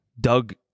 Doug